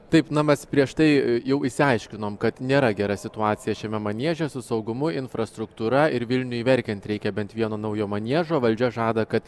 taip na mes prieš tai jau išsiaiškinom kad nėra gera situacija šiame manieže su saugumu infrastruktūra ir vilniui verkiant reikia bent vieno naujo maniežo valdžia žada kad